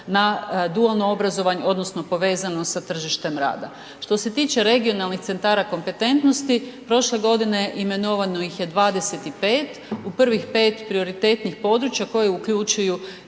na dualno obrazovanje odnosno povezano sa tržištem rada. Što se tiče regionalnih centara kompetentnosti, prošle godine imenovano ih je 25, u prvih 5 prioritetnih područja koje uključuju